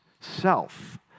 self